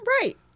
Right